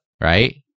right